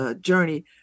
journey